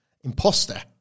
imposter